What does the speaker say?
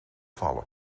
vallen